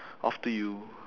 off to you